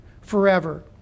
forever